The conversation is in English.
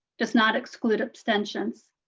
does not include abstentions.